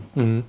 mm